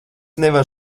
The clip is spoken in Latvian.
nevaru